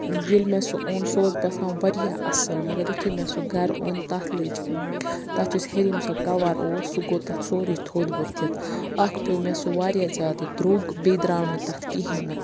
ییٚلہِ مےٚ سُہ اوٚن سُہ اوس باسان واریاہ اَصٕل مگر یُتھٕے مےٚ سُہ گَرٕ اوٚن تَتھ لٔج تَتھ یُس ہیٚرِم سۄ کَوَر اوس سُہ گوٚو تَتھ سورٕے تھوٚد ؤتھِتھ اَکھ پیوٚو مےٚ سُہ واریاہ زیادٕ دروٚگ بیٚیہِ درٛاو نہٕ تَتھ کِہیٖنۍ نہٕ